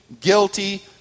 guilty